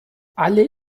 alle